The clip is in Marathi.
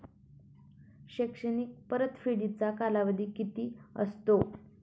शैक्षणिक परतफेडीचा कालावधी किती असतो?